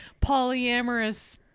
polyamorous